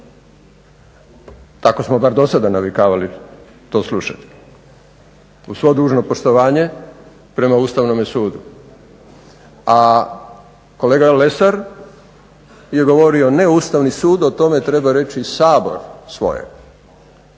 Tako smo bar dosada navikavali to slušati uz svo dužno poštovanje prema Ustavnome sudu. A kolega Lesar je govorio ne Ustavni sud, o tome treba reći Sabor svoje.